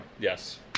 Yes